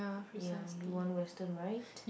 ya you want Western right